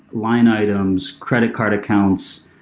line items, credit card accounts,